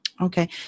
Okay